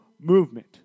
movement